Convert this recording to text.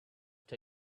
were